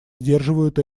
сдерживают